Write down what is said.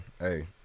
Hey